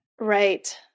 Right